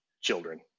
children